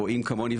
רואים כמוני,